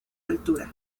altura